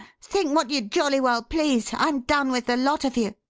think what you jolly well please! i'm done with the lot of you!